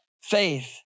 Faith